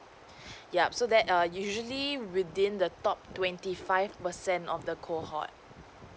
yup so that err usually within the top twenty five percent of the cohort